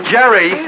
Jerry